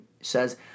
says